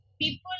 People